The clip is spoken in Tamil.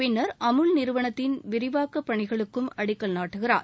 பின்னர் அமுல் நிறுவனத்தின் விரிவாக்க பணிக்கும் அவர் அடிக்கல் நாட்டுகிறார்